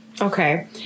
Okay